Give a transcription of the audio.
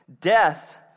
Death